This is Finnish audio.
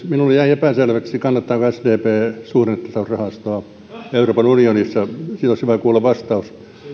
minulle jäi epäselväksi kannattaako sdp suhdannetasausrahastoa euroopan unionissa siihen olisi hyvä kuulla vastaus